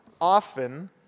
often